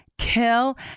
kill